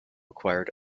acquired